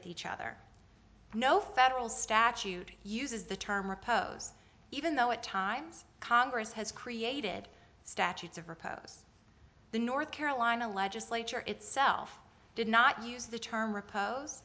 with each other no federal statute uses the term repose even though at times congress has created statutes of repose the north carolina legislature itself did not use the term repo